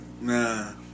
Nah